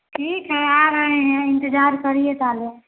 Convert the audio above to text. ठीक है आ रहे हैं इंतजार करिए पहले